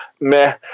meh